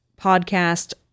podcast